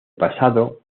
pasado